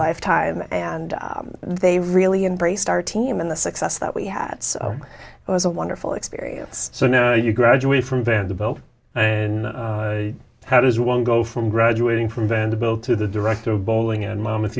lifetime and they really embraced our team and the success that we had it was a wonderful experience so now you graduate from vanderbilt how does one go from graduating from vanderbilt to the director of bowling and mom of